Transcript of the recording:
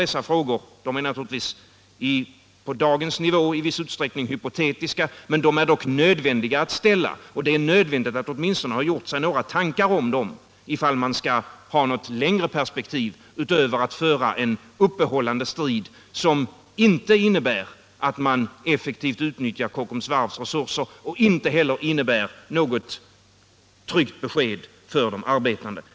Dessa frågor är naturligtvis på dagens nivå i viss utsträckning hypotetiska, men de är dock nödvändiga att ställa. Det är nödvändigt att åtminstone ha tänkt några tankar om dem om man skall få ett längre perspektiv utöver att föra en uppehållande strid, som inte innebär att man effektivt utnyttjar Kockums varvs resurser och inte heller innebär något tryggt besked för de arbetande.